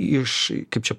iš kaip čia